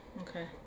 Okay